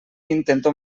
intento